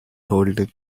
holding